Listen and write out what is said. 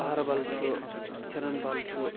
أہربل چھُ چھِرن بل چھُ